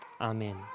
Amen